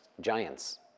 giants